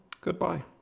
goodbye